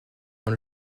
dans